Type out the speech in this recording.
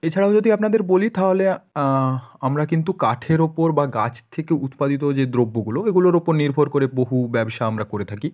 এছাড়াও যদি আপনাদের বলি তাহলে আমরা কিন্তু কাঠের ওপর বা গাছ থেকে উৎপাদিত যে দ্রব্যগুলো এগুলোর ওপর নির্ভর করে বহু ব্যবসা আমরা করে থাকি